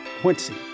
Quincy